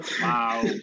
Wow